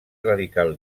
radical